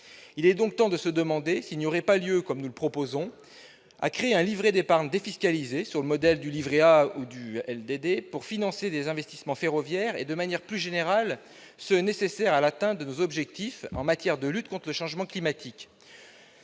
Il est donc temps de se demander s'il n'y aurait pas lieu de créer, comme nous le proposons, un livret d'épargne défiscalisée, sur le modèle du livret A ou du LDD, pour financer les investissements ferroviaires et, de manière plus générale, les investissements nécessaires à l'atteinte de nos objectifs en matière de lutte contre les changements climatiques.